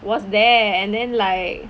was there and then like